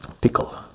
Pickle